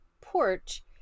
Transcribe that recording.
porch